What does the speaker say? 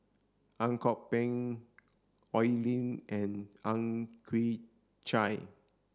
Ang Kok Peng Oi Lin and Ang Chwee Chai